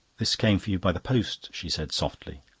this came for you by the post, she said softly.